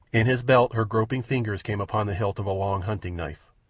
in his belt her groping fingers came upon the hilt of a long hunting-knife,